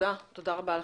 תודה רבה לך.